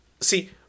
See